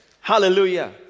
Hallelujah